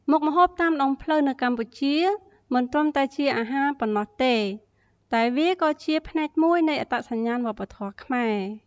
មុខម្ហូបតាមដងផ្លូវនៅកម្ពុជា មិនត្រឹមតែជាអាហារប៉ុណ្ណោះទេ តែវាក៏ជាផ្នែកមួយនៃអត្តសញ្ញាណវប្បធម៌ខ្មែរ។